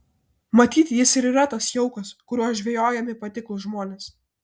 matyt jis ir yra tas jaukas kuriuo žvejojami patiklūs žmonės